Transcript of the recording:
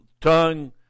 tongue